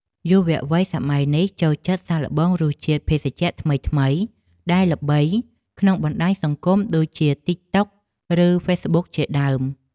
យុវវ័យសម័យនេះចូលចិត្តសាកល្បងរសជាតិភេសជ្ជៈថ្មីៗដែលល្បីក្នុងបណ្តាញសង្គមដូចជាទីកតុកឬហ្វេសប៊ុកជាដើម។